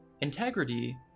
Integrity